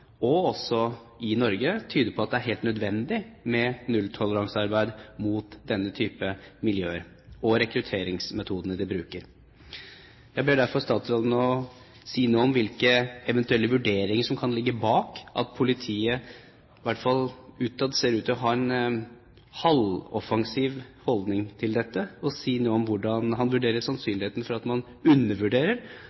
også i Norge, tyder på at det er helt nødvendig med nulltoleransearbeid mot denne typen miljøer og rekrutteringsmetodene de bruker. Jeg ber derfor statsråden om å si noe om hvilke eventuelle vurderinger som kan ligge bak at politiet i hvert fall utad ser ut til å ha en halvoffensiv holdning til dette, og også si noe om hvordan han vurderer